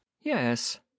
yes